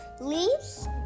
leaves